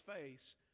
face